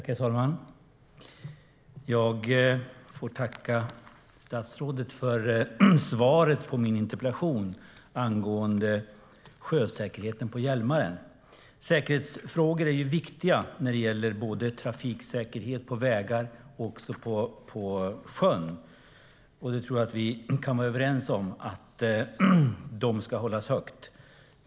Herr talman! Jag får tacka statsrådet för svaret på min interpellation angående sjösäkerheten på Hjälmaren. Säkerhetsfrågor är viktiga i fråga om trafiksäkerhet på vägar och också på sjön. Vi kan vara överens om att säkerheten ska hållas högt.